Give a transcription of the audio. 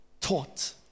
taught